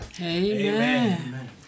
Amen